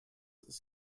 ist